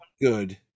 good